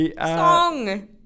Song